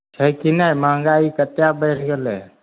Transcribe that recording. छै कि नहि महंगाइ कतेक बढ़ि गेलै